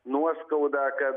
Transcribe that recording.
nuoskaudą kad